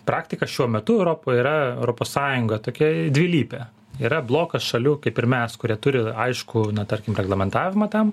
praktika šiuo metu europoje yra europos sąjunga tokia dvilypė yra blokas šalių kaip ir mes kurie turi aiškų tarkim reglamentavimą tam